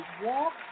walk